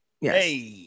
Yes